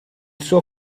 suo